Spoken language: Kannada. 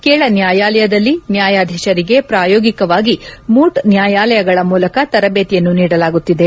ಕೆಳ ನ್ಯಾಯಾಲಯದಲ್ಲಿ ನ್ಯಾಯಾಧೀಶರಿಗೆ ಪ್ರಾಯೋಗಿಕವಾಗಿ ಮೂಟ್ ನ್ಯಾಯಾಲಯಗಳ ಮೂಲಕ ತರಬೇತಿಯನ್ನು ನೀಡಲಾಗುತ್ತಿದೆ